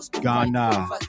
Ghana